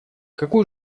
какую